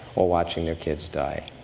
or watching their kids die.